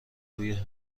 توی